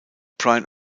bryan